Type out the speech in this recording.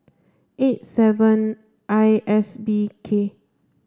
eight seven I S B K